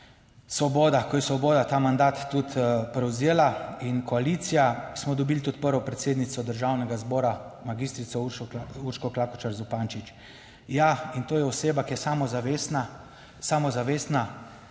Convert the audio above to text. Svoboda, ko je Svoboda ta mandat tudi prevzela in koalicija, smo dobili tudi prvo predsednico Državnega zbora, magistrico Urško Klakočar Zupančič, ja, in to je oseba, ki je samozavestna,